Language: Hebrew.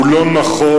הוא לא נכון.